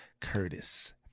Curtis